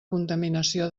contaminació